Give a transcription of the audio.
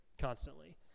constantly